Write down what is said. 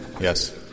Yes